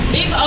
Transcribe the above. Big